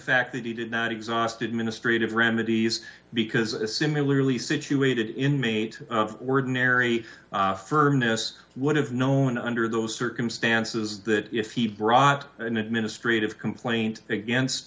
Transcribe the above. fact that he did not exhausted ministry of remedies because a similarly situated inmate of ordinary firmness would have known under those circumstances that if he brought an administrative complaint against